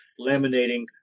laminating